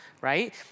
right